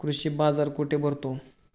कृषी बाजार कुठे भरतो?